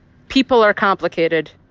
people are complicated.